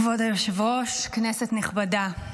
כבוד היושב-ראש, כנסת נכבדה,